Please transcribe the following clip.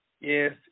Yes